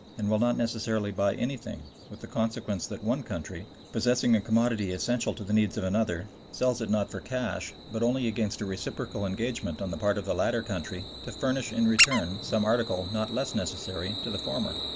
and will not necessarily buy anything, with the consequence that one country, possessing a commodity essential to the needs of another, sells it not for cash but only against a reciprocal engagement on the part of the latter country to furnish in return some article not less necessary to the former.